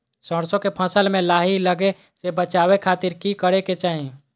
सरसों के फसल में लाही लगे से बचावे खातिर की करे के चाही?